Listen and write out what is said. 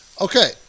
okay